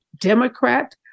Democrat